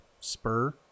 Spur